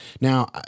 Now